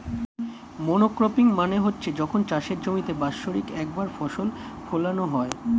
monocropping মানে হচ্ছে যখন চাষের জমিতে বাৎসরিক একবার ফসল ফোলানো হয়